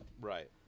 Right